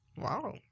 Wow